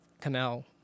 canal